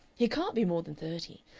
he can't be more than thirty.